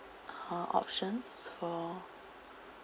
uh options for